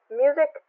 music